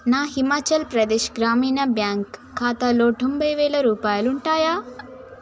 నా హిమాచల్ ప్రదేశ్ గ్రామీణ బ్యాంక్ ఖాతాలో తొంభై వేలు రూపాయలుంటాయా